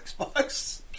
Xbox